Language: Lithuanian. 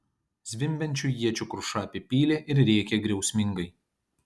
zvimbiančių iečių kruša apipylė ir rėkė griausmingai